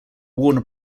warner